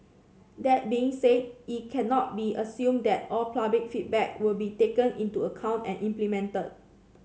that being said it cannot be assumed that all public feedback will be taken into account and implemented